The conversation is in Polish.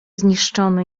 zniszczony